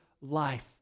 life